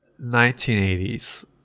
1980s